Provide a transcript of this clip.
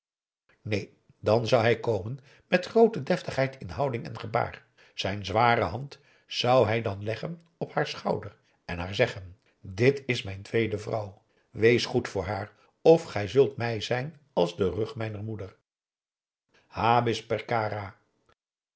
neen dan zou hij komen met groote deftigheid in houding en gebaar zijn zware hand zou hij dan leggen op haar schouder en haar zeggen dit is mijn tweede vrouw wees goed voor haar of gij zult mij zijn als de rug mijner moeder